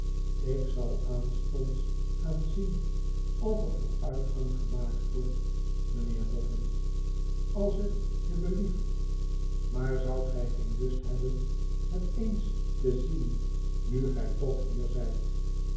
ik zal aanstonds gaan zien of er voortgang gemaakt wordt mijnheer boffin als t je blieft maar zoudt gij geen lust hebben het huis eens te zien nu gij toch hier zijt